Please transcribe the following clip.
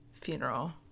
funeral